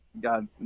god